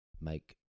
make